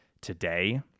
today